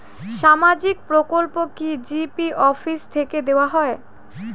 সামাজিক প্রকল্প কি জি.পি অফিস থেকে দেওয়া হয়?